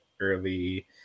early